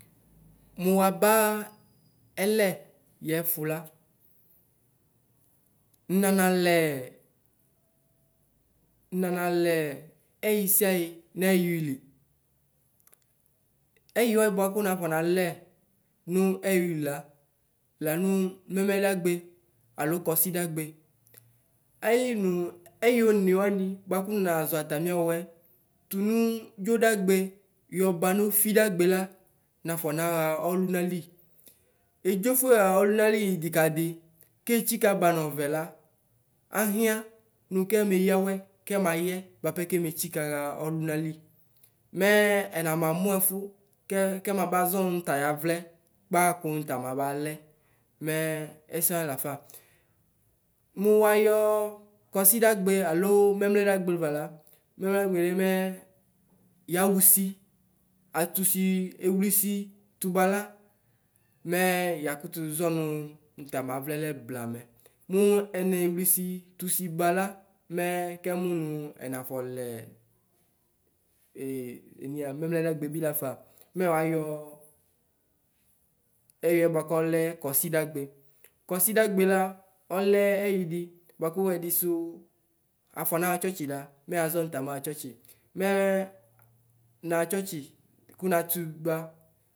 Mu waba ɛlɛ yɛ fula ninanalɛ, ninanalɛ ɛyi siayi nʋ ɛwili, ɛyi wani buaku nafɔ nalɛ, nʋ ɛwilila lanu mɛmɛda gbe alo kɔsidagbe ayili nʋ ɛyi one wanɩ buaku nazɔ atami ɔwɛ tʋnʋ dzodagbe yɔbanu fidagbe la nafɔ naxa ɔlunali edzofue xa ɔlunali nʋ idikadi ketsikaba nɔvɛ la ahia nʋke meya awɛ kɛbayɛ buapɛ kemetsika xa ɔlunali mɛ ɛnama nʋ ɛfʋ kɛmaba zɔnʋ tayavlɛ kpa kʋnʋ tamabalɛ mɛ ɛsɛ wanɩ lafa. Mʋ aya kɔsiɖagbe alo mɛmlɛdagbe vala mɛmlɛdagbe mɛ yaha ʋsi atusi ewlisi tubala mɛ yakutu zɔnu tamavlɛlɛ blamɛ mʋ enewlisi tusi bala mɛ kɛmʋnʋ ɛnafɔlɛ mɛmlɛdagbe bilafa mɛ wayɔ ɛwlɛ buaku ɔlɛ kɔsidagbe kɔsidagbe la ɔlɛ ɛyidi buaku ɛdisʋ afɔnaxa tsɔtsila mɛ azɔnu tamaxa tsɔtsi, mɛ naxa tsɔtsi ku natuba.